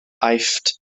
aifft